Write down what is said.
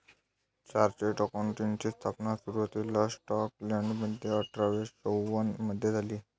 chartered अकाउंटंटची स्थापना सुरुवातीला स्कॉटलंडमध्ये अठरा शे चौवन मधे झाली